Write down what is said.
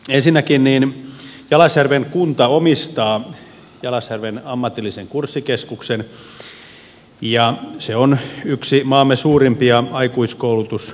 ensinnäkin jalasjärven kunta omistaa jalasjärven ammatillisen kurssikeskuksen ja se on yksi maamme suurimpia aikuiskoulutuskeskuksia